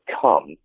come